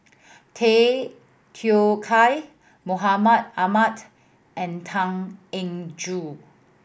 Tay Teow Kiat Mahmud Ahmad and Tan Eng Joo